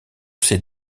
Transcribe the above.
ces